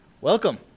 Welcome